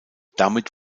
damit